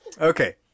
Okay